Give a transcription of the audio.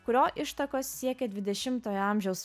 kurio ištakos siekia dvidešimtojo amžiaus